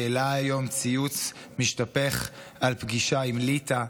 שהעלה היום ציוץ משתפך על פגישה עם ליטא,